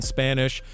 Spanish